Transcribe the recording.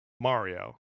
Mario